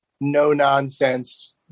no-nonsense